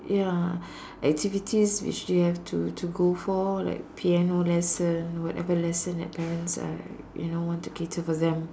ya activities which they have to to go for like piano lesson whatever lesson that parents uh you know want to cater for them